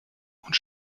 und